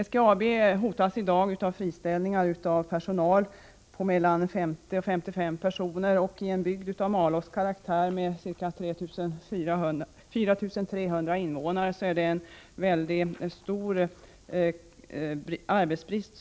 SGAB hotas i dag av friställningar på mellan 50 och 55 personer. I en bygd av Malås karaktär med ca 4 300 invånare uppstår det därmed stor arbetsbrist.